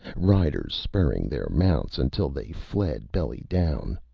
riders, spurring their mounts until they fled belly down.